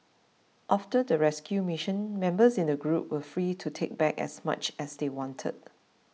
after the rescue mission members in the group were free to take back as much as they wanted